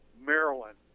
Maryland